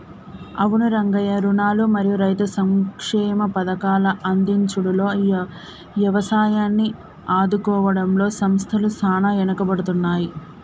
అవును రంగయ్య రుణాలు మరియు రైతు సంక్షేమ పథకాల అందించుడులో యవసాయాన్ని ఆదుకోవడంలో సంస్థల సాన ఎనుకబడుతున్నాయి